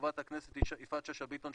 חברת הכנסת יפעת שאשא ביטון,